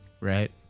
right